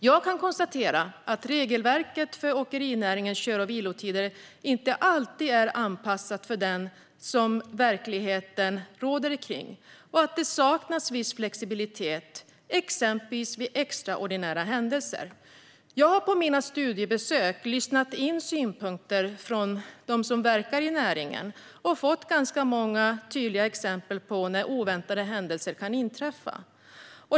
Jag kan dock konstatera att regelverket för åkerinäringens kör och vilotider inte alltid är anpassat för den verklighet som råder och att det saknas viss flexibilitet vid exempelvis extraordinära händelser. Jag har under mina studiebesök lyssnat på synpunkter från dem som verkar i näringen och fått ganska många tydliga exempel på när oväntade händelser kan inträffa.